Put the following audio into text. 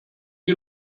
sie